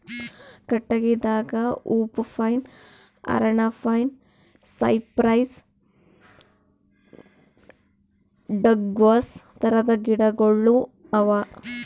ಕಟ್ಟಗಿದಾಗ hoop pine, ಪರಣ pine, cypress, Douglas ಥರದ್ ಗಿಡಗೋಳು ಅವಾ